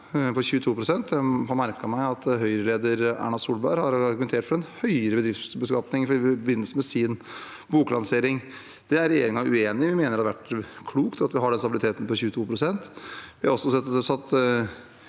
på 22 pst. Jeg har merket meg at Høyre-leder Erna Solberg har argumentert for en høyere bedriftsbeskatning i forbindelse med sin boklansering. Det er regjeringen uenig i. Vi mener det har vært klokt at vi har den stabiliteten på 22 pst. Vi har også satt